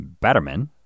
Batterman